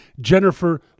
Jennifer